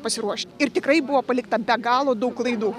pasiruošti ir tikrai buvo palikta be galo daug klaidų